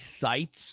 sites